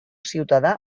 ciutadà